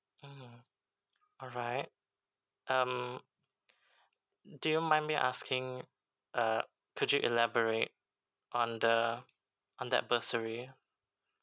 mm alright um do you mind me asking uh could you elaborate on the on that bursary